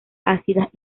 ácidas